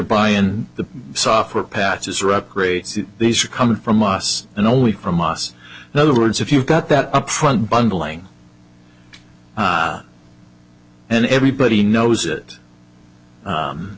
and the software patches or upgrade these are coming from us and only from us and other words if you've got that upfront bundling and everybody knows it